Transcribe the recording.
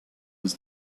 was